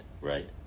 right